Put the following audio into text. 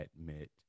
admit